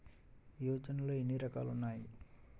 యోజనలో ఏన్ని రకాలు ఉన్నాయి?